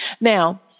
Now